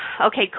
okay